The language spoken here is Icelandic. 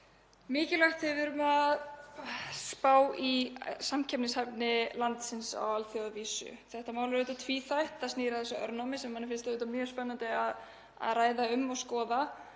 mikilvægt þegar við erum að spá í samkeppnishæfni landsins á alþjóðavísu. Þetta mál er tvíþætt. Það snýr að þessu örnámi, sem manni finnst mjög spennandi að ræða um og skoða